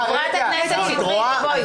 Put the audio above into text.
את רואה.